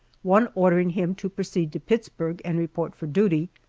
one ordering him to proceed to pittsburg and report for duty,